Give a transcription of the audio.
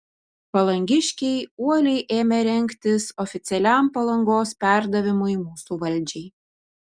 palangiškiai uoliai ėmė rengtis oficialiam palangos perdavimui mūsų valdžiai